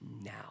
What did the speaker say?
now